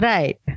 Right